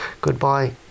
goodbye